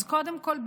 אז קודם כול,